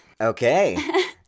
Okay